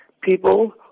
People